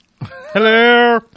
Hello